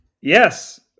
yes